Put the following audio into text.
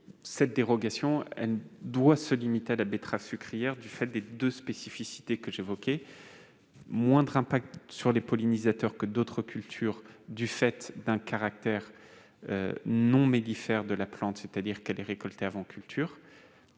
cette dérogation doit se limiter à la betterave sucrière, en raison des deux spécificités que j'ai évoquées : moindre impact sur les pollinisateurs que d'autres cultures, du fait d'un caractère non mellifère de la plante, c'est-à-dire qu'elle est récoltée avant culture,